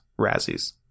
Razzies